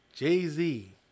Jay-Z